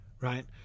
Right